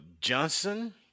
Johnson